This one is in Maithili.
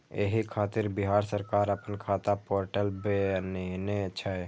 एहि खातिर बिहार सरकार अपना खाता पोर्टल बनेने छै